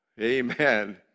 Amen